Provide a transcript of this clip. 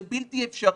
זה בלתי אפשרי.